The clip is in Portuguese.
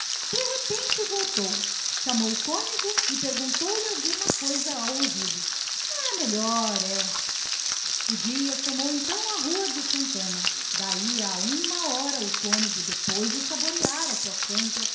de repente voltou chamou o padre e perguntou-lhe alguma coisa ao ouvido é melhor é o caixeiro tomou então a rua de santana daí a uma hora o compadre de manuel depois de saborear a sua canja